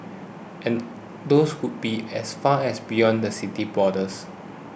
and those could be as far as beyond the city's borders